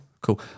Cool